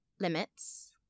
limits